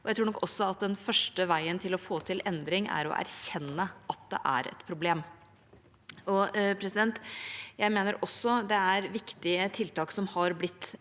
Jeg tror nok også at det første skrittet på veien for å få til endring er å erkjenne at det er et problem. Jeg mener også det er viktige tiltak som har blitt iverksatt.